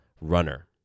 runner